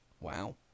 Wow